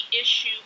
issue